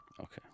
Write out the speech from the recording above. Okay